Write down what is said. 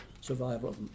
survival